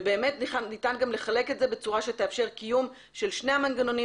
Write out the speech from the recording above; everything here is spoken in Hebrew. ובאמת ניתן גם לחלק את זה בצורה שתאפשר קיום של שני המנגנונים